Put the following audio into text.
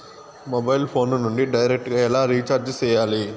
mobile phone నుండి direct గా ఎలా రీచార్జి సేయాలి